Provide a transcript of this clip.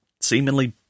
seemingly